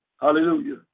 Hallelujah